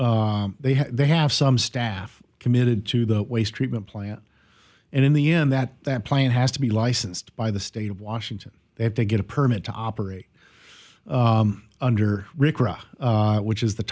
have they have some staff committed to the waste treatment plant and in the end that that plant has to be licensed by the state of washington they have to get a permit to operate under rick ross which is the